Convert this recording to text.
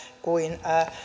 kuin